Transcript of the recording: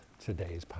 today's